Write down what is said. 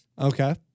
Okay